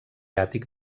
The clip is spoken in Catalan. àtic